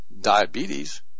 diabetes